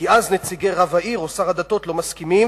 כי אז נציגי רב העיר או שר הדתות לא מסכימים,